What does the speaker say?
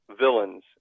villains